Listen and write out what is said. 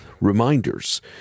reminders